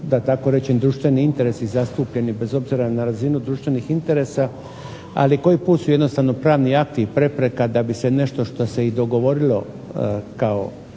da tako rečem društveni interesi zastupljeni bez obzira na razinu društvenih interesa, ali koji put su jednostavno pravni akti prepreka da bi se nešto što se i dogovorilo kao